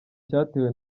cyatewe